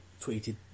tweeted